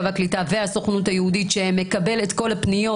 והקליטה והסוכנות היהודית שמקבלת את כל הפניות.